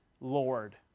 Lord